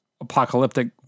apocalyptic